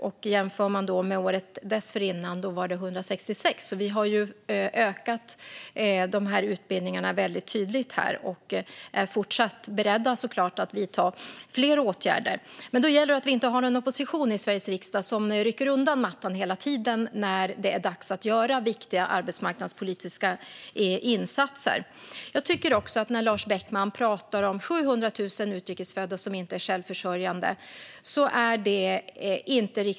Året dessförinnan var motsvarande siffra 166, så vi har utökat de här utbildningarna väldigt tydligt och är såklart fortsatt beredda att vidta fler åtgärder. Men då gäller det att vi inte har någon opposition i Sveriges riksdag som hela tiden rycker undan mattan när det är dags att göra viktiga arbetsmarknadspolitiska insatser. Jag tycker också att det inte är riktigt hederligt när Lars Beckman pratar om att 700 000 utrikesfödda inte är självförsörjande.